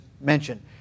mentioned